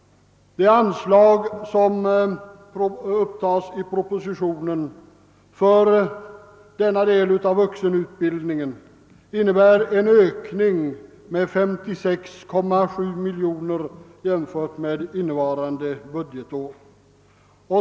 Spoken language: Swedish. Det anslag, som upptas i propositionen beträffande denna del av vuxenutbildningen, innebär en ökning med 56,7 miljoner kronor jämfört med innevarande budgetår.